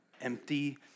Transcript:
empty